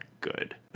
good